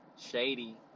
Shady